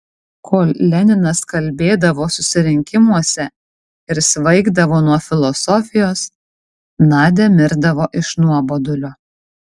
kol leninas kalbėdavo susirinkimuose ir svaigdavo nuo filosofijos nadia mirdavo iš nuobodulio